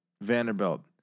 Vanderbilt